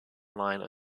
line